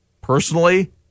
personally